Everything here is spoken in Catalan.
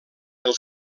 els